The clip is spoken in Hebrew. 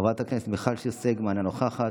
חברת הכנסת מיכל שיר סגמן, אינה נוכחת,